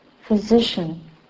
physician